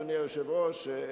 אדוני היושב-ראש,